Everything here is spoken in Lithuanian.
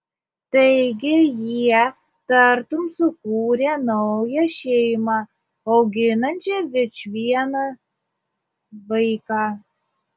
taigi jie tartum sukūrė naują šeimą auginančią vičvieną vaiką